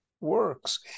works